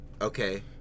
Okay